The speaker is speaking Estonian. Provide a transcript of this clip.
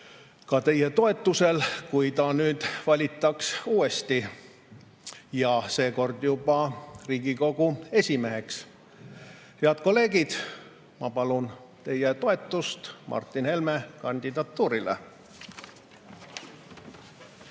ka teie toetusel, kui ta nüüd valitaks uuesti, ja seekord juba Riigikogu esimeheks. Head kolleegid! Ma palun teie toetust Martin Helme kandidatuurile.